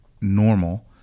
normal